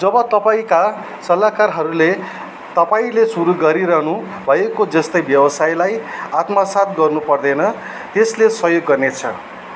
जब तपाईँँका सल्लाहकारहरूले तपाईँँले सुरु गरिरहनु भएको जस्तै व्यवसायलाई आत्मसात गर्नु पर्दैन त्यसले सहयोग गर्नेछ